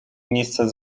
miejsce